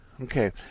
Okay